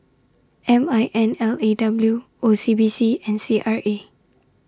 M I N L A W O C B C and C R A